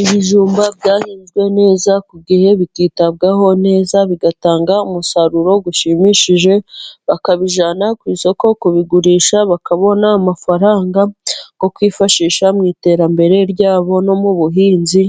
Ibijumba byahinzwe neza ku gihe, bikitabwaho neza bigata umusaruro ushimishije ,bakabijyana ku isoko kubigurisha bakabona amafaranga yo kwifashisha mu iterambere ryabo, no mu buhinzi